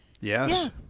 Yes